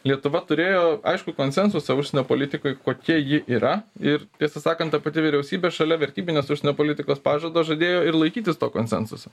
lietuva turėjo aiškų konsensusą užsienio politikoj kokia ji yra ir tiesą sakant ta pati vyriausybė šalia vertybinės užsienio politikos pažado žadėjo ir laikytis to konsensuso